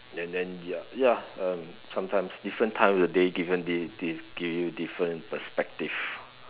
and then ya ya um sometimes different time of day different day give give give you different perspective